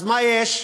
אז מה יש?